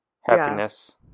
happiness